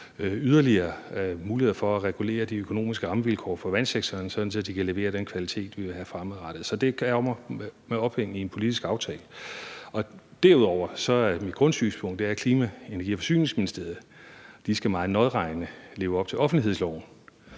yderligere muligheder for at regulere de økonomiske rammevilkår for vandsektoren, sådan at de kan levere den kvalitet, vi vil have fremadrettet. Så det er med ophæng i en politisk aftale. Derudover er det mit grundsynspunkt, at Klima-, Energi- og Forsyningsministeriet skal være meget nøjeregnende, når de lever op til offentlighedsloven,